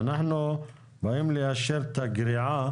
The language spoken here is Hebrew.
אנחנו באים לאשר את הגריעה